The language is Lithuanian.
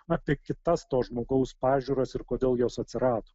apie kitas to žmogaus pažiūras ir kodėl jos atsirado